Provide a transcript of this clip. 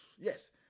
Yes